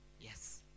Yes